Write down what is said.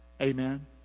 Amen